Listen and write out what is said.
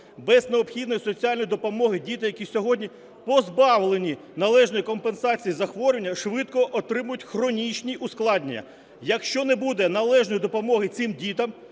Без необхідної соціальної допомоги діти, які сьогодні позбавлені належної компенсації захворювання, швидко отримають хронічні ускладнення. Якщо не буде належної допомоги цим дітям,